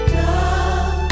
love